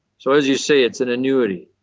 so as you say, it's an annuity.